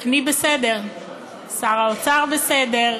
אני בסדר, שר האוצר בסדר,